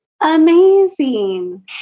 Amazing